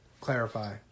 Clarify